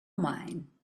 mine